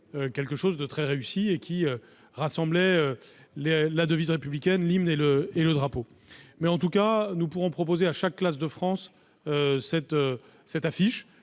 quelque chose de très réussi qui rassemblait la devise républicaine, l'hymne et le drapeau. Nous pourrons en tout état de cause proposer à chaque classe de France une affiche